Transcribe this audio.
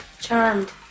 Charmed